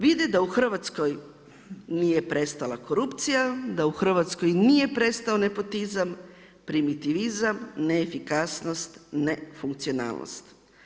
Vide da u Hrvatskoj nije prestala korupcija, da u Hrvatskoj nije prestao nepotizam, primitivizam, neefikasnost, nefunkcionalnost.